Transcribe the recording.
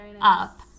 up